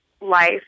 life